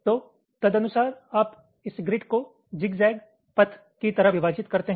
तो तदनुसार आप इस ग्रिड को ज़िगज़ैग पथ की तरह विभाजित करते हैं